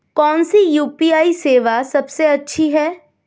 कौन सी यू.पी.आई सेवा सबसे अच्छी है?